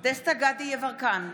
בהצבעה דסטה גדי יברקן,